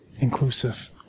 inclusive